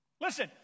Listen